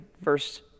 verse